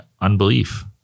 unbelief